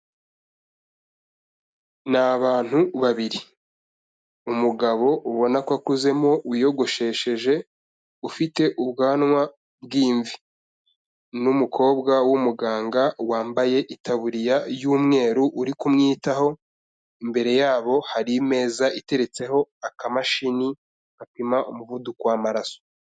Ni abantu babiri. Umugabo ubona ko akuzemo wiyogoshesheje ufite ubwanwa bw'imvi n'umukobwa w'umuganga wambaye itaburiya y'umweru uri kumwitaho, imbere yabo hari ime iteretseho akamashini gapima umuvuduko w'amaraso.